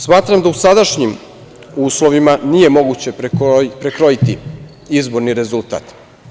Smatram da u sadašnjim uslovima nije moguće prekrojiti izborni rezultat.